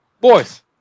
boys